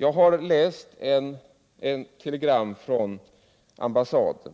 Jag har läst ett telegram från ambassaden